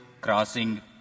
crossing